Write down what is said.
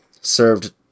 served